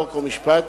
חוק ומשפט,